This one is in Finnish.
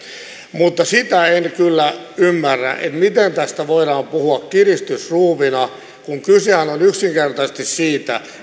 mutta sitä en kyllä ymmärrä miten tästä voidaan puhua kiristysruuvina kun kysehän on yksinkertaisesti siitä